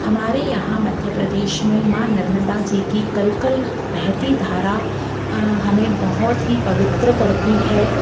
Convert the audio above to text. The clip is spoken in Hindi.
हमारे यहाँ मध्य प्रदेश में माँ नर्मदा जी की कलकल बहती धारा हमें बहुत ही पवित्र करती है